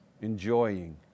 enjoying